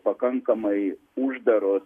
pakankamai uždaros